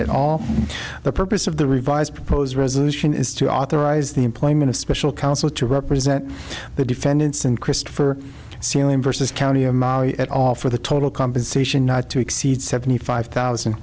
at all the purpose of the revised proposed resolution is to authorize the employment of special counsel to represent the defendants and christopher sealing versus county or at all for the total compensation not to exceed seventy five thousand